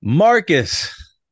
Marcus